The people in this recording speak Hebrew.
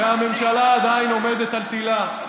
והממשלה עדיין עומדת על תילה.